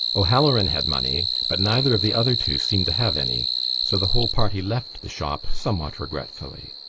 o'halloran had money but neither of the other two seemed to have any so the whole party left the shop somewhat regretfully.